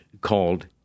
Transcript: called